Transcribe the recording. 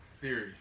Theory